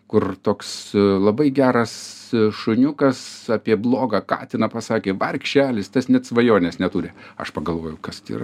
kur toks labai geras šuniukas apie blogą katiną pasakė vargšelis tas net svajonės neturi aš pagalvojau kas tai yra